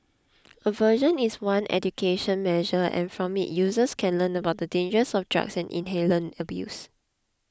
aversion is one education measure and from it users can learn about the dangers of drug and inhalant abuse